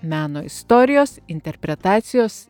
meno istorijos interpretacijos